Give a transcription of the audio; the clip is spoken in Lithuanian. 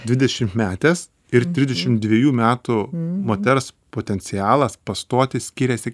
dvidešimtmetės ir trisdešim dvejų metų moters potencialas pastoti skiriasi